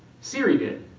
siri did.